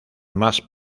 más